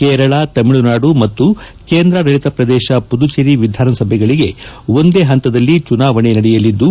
ಕೇರಳ ತಮಿಳುನಾಡು ಮತ್ತು ಕೇಂದಾಡಳತ ಪ್ರದೇಶ ಪುದುಚೇರಿ ವಿಧಾನಸಭೆಗಳಗೆ ಒಂದೇ ಪಂತದಲ್ಲಿ ಚುನಾವಣೆ ನಡೆಯಲಿದ್ದು